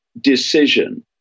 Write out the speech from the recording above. decision